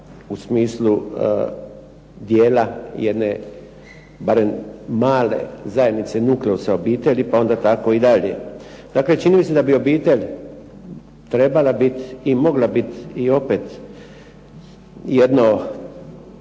u smislu dijela jedne male zajednice nukleusa obitelji pa onda tako i dalje. Dakle, čini mi se da bi obitelj trebala biti i mogla biti jedno